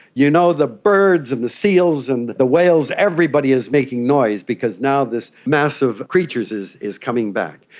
you know the birds and the seals and the whales, everybody is making noise because now this mass of creatures is is coming back.